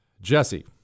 Jesse